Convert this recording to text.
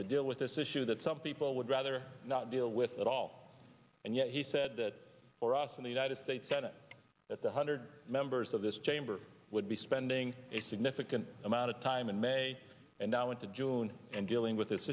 to deal with this issue that some people would rather not deal with at all and yet he said that for us in the united states senate that the hundred members of this chamber would be spending a significant amount of time in may and now into june and dealing with this